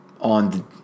on